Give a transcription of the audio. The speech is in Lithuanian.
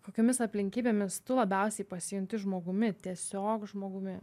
kokiomis aplinkybėmis tu labiausiai pasijunti žmogumi tiesiog žmogumi